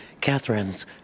Catherine's